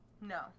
No